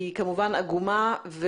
היא כמובן עגומה.